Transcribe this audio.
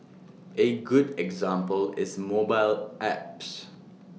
A good example is mobile apps